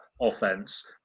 offense